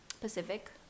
Pacific